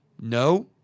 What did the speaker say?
No